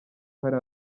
hari